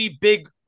big